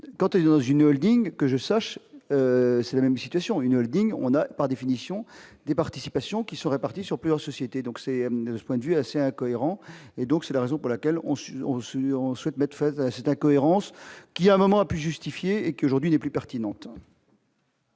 quand on est dans une Holding, que je sache, c'est la même situation, une Holding on a par définition des participations qui sont répartis sur plusieurs sociétés, donc c'est ce point de vue assez incohérent et donc c'est la raison pour laquelle aussi au sureau souhaite mette fin à cette incohérence qu'il y a un moment pu justifier et qui, aujourd'hui, les plus pertinentes.